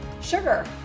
sugar